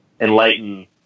enlighten